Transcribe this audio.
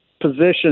position